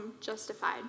justified